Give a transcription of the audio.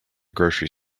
grocery